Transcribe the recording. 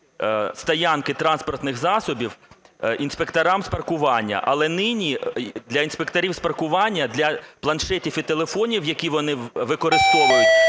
стоянки транспортних засобів інспекторам з паркування. Але нині для інспекторів з паркування, для планшетів і телефонів, які вони використовують,